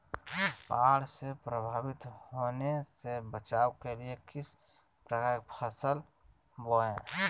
बाढ़ से प्रभावित होने से बचाव के लिए किस प्रकार की फसल बोए?